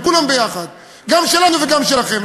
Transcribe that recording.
על כולם ביחד, גם שלנו וגם שלכם.